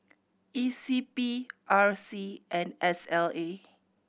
E C B R C and S L A